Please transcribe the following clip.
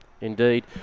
Indeed